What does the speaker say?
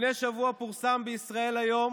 לפני שבוע פורסם בישראל היום